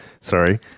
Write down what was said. sorry